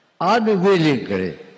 unwillingly